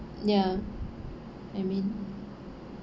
ya I mean